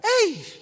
Hey